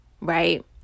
Right